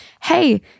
hey